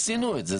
עשינו את זה.